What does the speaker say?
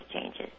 changes